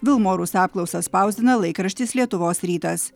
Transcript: vilmorus apklausą spausdina laikraštis lietuvos rytas